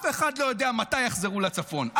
אף אחד לא יודע מתי יחזרו לצפון.